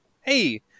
Hey